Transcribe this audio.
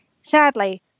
Sadly